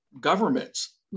governments